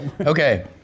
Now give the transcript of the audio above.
Okay